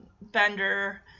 bender